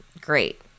great